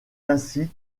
ainsi